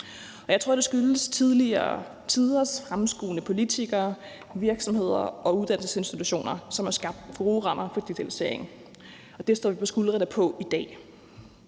jeg tror, det skyldes tidligere tiders fremadskuende politikere, virksomheder og uddannelsesinstitutioner, som har skabt gode rammer for digitaliseringen, og det står vi på skuldrene af i dag.